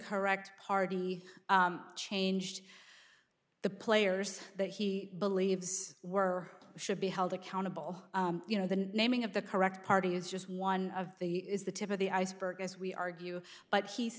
correct party changed the players that he believes were or should be held accountable you know the naming of the correct party is just one of the is the tip of the iceberg as we argue but he